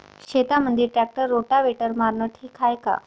शेतामंदी tractor rotavator मारनं ठीक हाये का?